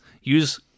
use